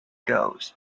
goes